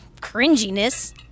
cringiness